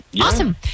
Awesome